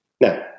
Now